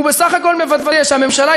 הוא בסך-הכול מוודא שהממשלה,